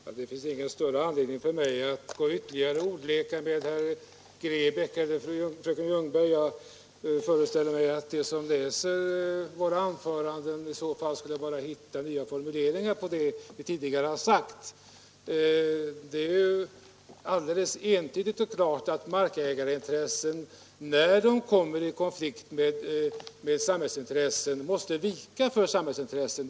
Fru talman! Det finns ingen större anledning för mig att gå ytterligare ordlekar med herr Grebäck eller fröken Ljungberg. Jag föreställer mig att de som läser våra anföranden i så fall bara skulle hitta nya formuleringar på det vi tidigare har sagt. Det är alldeles entydigt och klart att markägarintressen, när de kommer i konflikt med samhällsintressen, måste vika för samhällsintressen.